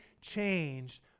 changed